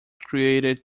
created